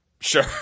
Sure